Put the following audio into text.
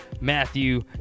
Matthew